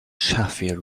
sheffield